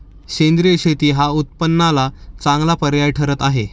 सेंद्रिय शेती हा उत्पन्नाला चांगला पर्याय ठरत आहे